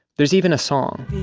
there's even a song